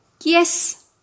Yes